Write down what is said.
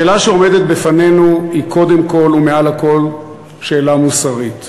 השאלה שעומדת בפנינו היא קודם כול ומעל הכול שאלה מוסרית.